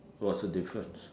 what's the difference